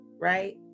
right